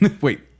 Wait